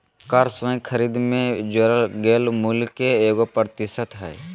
कर स्वयं खरीद में जोड़ल गेल मूल्य के एगो प्रतिशत हइ